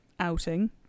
Outing